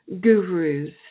gurus